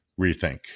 rethink